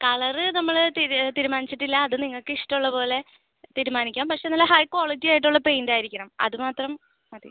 colour നമ്മൾ തീര് തീരുമാനിച്ചിട്ടില്ല അത് നിങ്ങൾക്ക് ഇഷ്ടമുള്ളത് പോലെ തീരുമാനിക്കാം പക്ഷേ നല്ല ഹൈ ക്വാളിറ്റി ആയിട്ടുള്ള പെയിൻറ് ആയിരിക്കണം അത് മാത്രം മതി